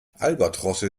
albatrosse